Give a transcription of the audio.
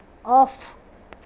off